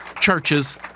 churches